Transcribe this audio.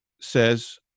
says